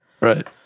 Right